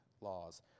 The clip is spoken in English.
laws